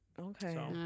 Okay